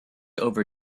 over